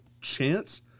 chance